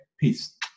Peace